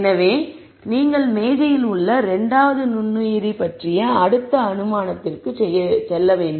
எனவே நீங்கள் மேஜையில் உள்ள 2வது நுண்ணுயிரி பற்றிய அடுத்த அனுமானத்திற்குச் செல்ல வேண்டும்